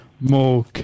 more